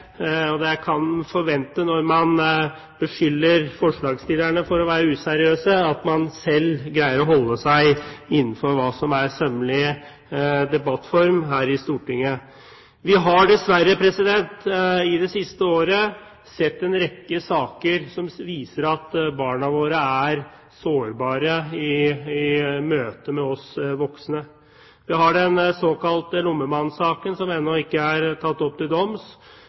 selv greier å holde seg innenfor hva som er sømmelig debattform her i Stortinget. Vi har dessverre det siste året sett en rekke saker som viser at barna våre er sårbare i møte med oss voksne. Den såkalte lommemannsaken, som ennå ikke er tatt opp til doms,